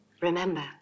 Remember